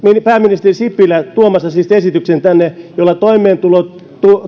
pääministeri sipilä siis tuomassa tänne esityksen jolla toimeentulo